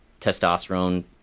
testosterone